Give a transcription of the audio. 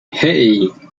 hey